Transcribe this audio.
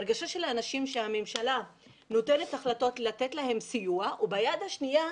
האנשים מרגישים שהממשלה מחליטה לתת להם סיוע וביד השנייה,